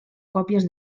còpies